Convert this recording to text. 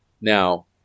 Now